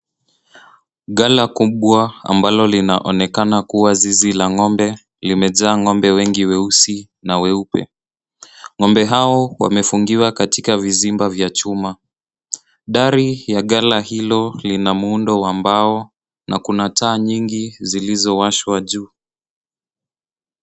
Gala kubwa ambalo linaonekana kuwa zizi la ng'ombe limejaa ng'ombe wengi weusi na weupe. Ng'ombe hao wamefungiwa katika vizimba vya chuma. Dari ya gala hilo lina muundo wa mbao na kuna taa nyingi zilizowashwa juu.